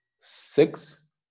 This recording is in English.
six